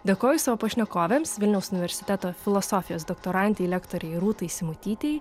dėkoju savo pašnekovėms vilniaus universiteto filosofijos doktorantei lektorei rūtai simutytei